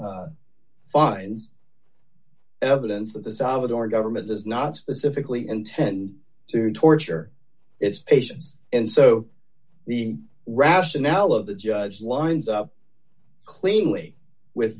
find evidence of the salvadoran government does not specifically intend to torture its patients and so the rationale of the judge winds up cleanly with